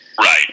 Right